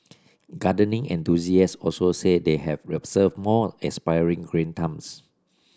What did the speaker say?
gardening enthusiasts also say that they have observed more aspiring green thumbs